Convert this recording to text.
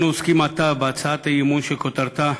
אנחנו עוסקים עתה בהצעת אי-אמון שכותרתה: